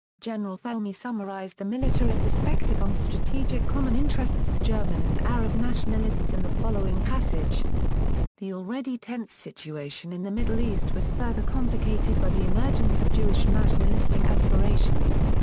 general felmy summarized the military perspective on strategic common interests of german and arab nationalists in the following passage the already tense situation in the middle east was further complicated by the emergence of jewish nationalistic aspirations.